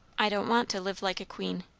i don't want to live like a queen.